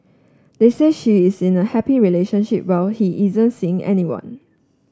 they said she is in a happy relationship while he isn't seeing anyone